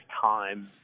time